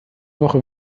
woche